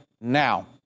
now